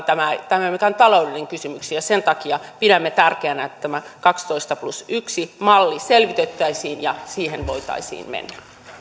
tämä ei ole mikään taloudellinen kysymys ja sen takia pidämme tärkeänä että tämä kaksitoista plus yksi malli selvitettäisiin ja siihen voitaisiin mennä